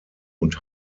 und